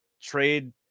trade